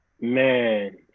Man